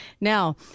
Now